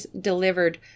delivered